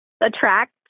attract